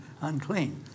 unclean